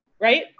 right